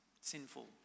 sinful